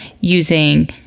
using